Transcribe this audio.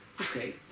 Okay